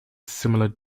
similar